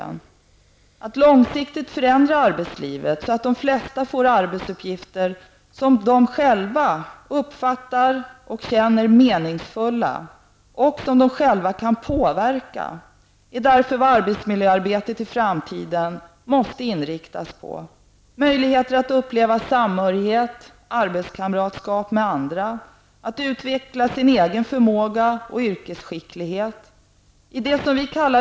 Att långsiktigt förändra arbetslivet så, att de flesta får arbetsuppgifter som de själva uppfattar som meningsfulla och som de själva kan påverka är därför vad arbetsmiljöarbetet i framtiden måste inriktas på. Möjligheter att uppleva samhörighet med andra och att utveckla sin egen förmåga och yrkesskicklighet är viktiga.